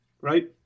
Right